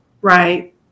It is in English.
Right